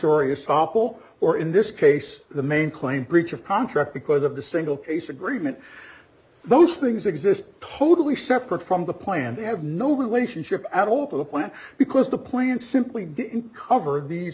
estoppel or in this case the main claim breach of contract because of the single case agreement those things exist totally separate from the plan they have no relationship at all to the plan because the plan simply covered these